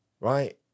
right